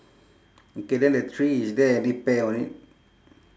okay then the tree is there any pear on it